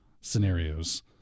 scenarios